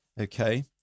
Okay